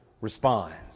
responds